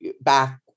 back